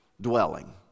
dwelling